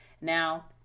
Now